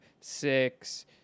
six